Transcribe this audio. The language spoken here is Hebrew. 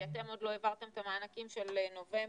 כי אתם עוד לא העברתם את המענקים של נובמבר,